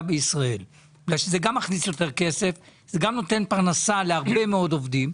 בישראל כי זה גם מכניס יותר כסף וגם נותן פרנסה להרבה מאוד עובדים.